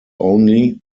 only